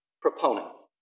proponents